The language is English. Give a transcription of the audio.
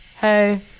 Hey